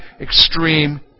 extreme